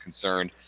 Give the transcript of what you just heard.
concerned